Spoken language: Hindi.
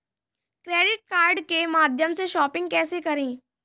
क्रेडिट कार्ड के माध्यम से शॉपिंग कैसे करें?